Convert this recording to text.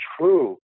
true